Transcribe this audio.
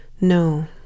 no